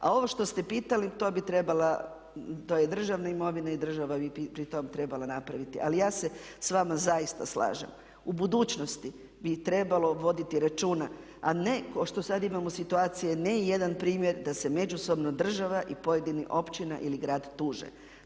to bi trebala, to je državna imovina i država bi to trebala napraviti. Ali ja se s vama zaista slažem. U budućnosti bi trebalo voditi računa a ne kao što sad imamo situaciju ne jedan primjer da se međusobno država i pojedine općine ili grad tuže.